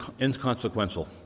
inconsequential